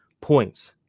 Points